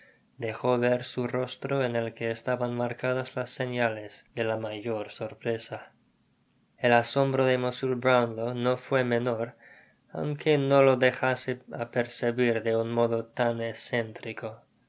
dejo ver su rostro en el que estaban marcadas las señales de la mayor sorpresa el asombro de mr brownlow no fué menor aunque no lo dejase apercibir de un modo tan escéntrico